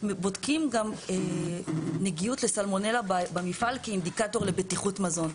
בודקים גם נגיעות לסלמונלה במפעל כאינדיקטור לבטיחות מזון,